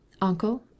Uncle